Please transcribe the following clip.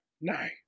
No